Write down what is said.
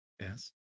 Yes